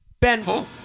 Ben